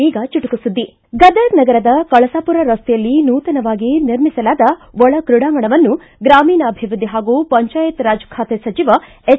ಈಗ ಚುಟುಕು ಸುದ್ದಿ ಗದಗ್ ನಗರದ ಕಳಸಾಪೂರ ರಸ್ತೆಯಲ್ಲಿ ನೂತನವಾಗಿ ನಿರ್ಮಿಸಲಾದ ಒಳ ತ್ರೀಡಾಂಗಣವನ್ನು ಗ್ರಾಮೀಣಾಭಿವೃದ್ದಿ ಹಾಗೂ ಪಂಚಾಯತ್ ರಾಜ್ ಖಾತೆ ಸಚಿವ ಎಚ್